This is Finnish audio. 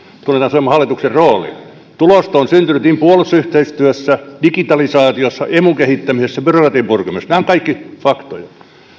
tunnetaan suomen hallituksen rooli tulosta on syntynyt puolustusyhteistyössä digitalisaatiossa emun kehittämisessä byrokratian purkamisessa nämä ovat kaikki faktoja